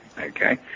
Okay